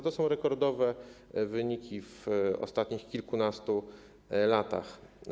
To są rekordowe wyniki w ostatnich kilkunastu latach.